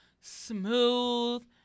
smooth